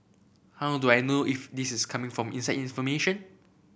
how do I know if this is coming from inside information